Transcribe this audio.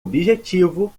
objetivo